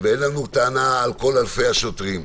ואין לנו טענה על כל אלפי השוטרים,